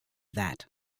that